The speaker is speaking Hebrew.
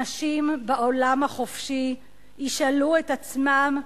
אנשים בעולם החופשי ישאלו את עצמם: